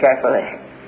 carefully